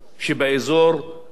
היא הסוגיה הפלסטינית.